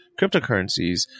cryptocurrencies